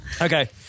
Okay